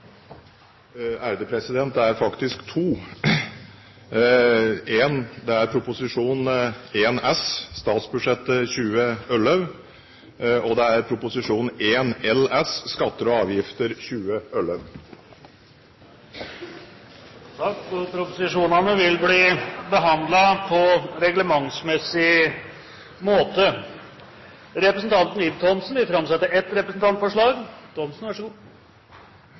kgl. proposisjon. Det er faktisk to proposisjoner. Det er Prop. 1 S, statsbudsjettet 2011, og det er Prop. 1 LS, skatter og avgifter 2011. Representanten Ib Thomsen vil framsette et representantforslag.